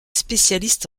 spécialistes